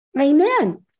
Amen